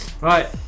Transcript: right